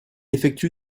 effectue